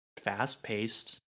fast-paced